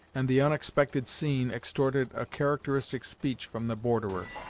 and the unexpected scene extorted a characteristic speech from the borderer.